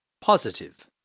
Positive